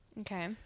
Okay